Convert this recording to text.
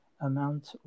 amount